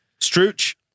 Strooch